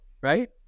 right